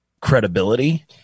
credibility